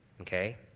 okay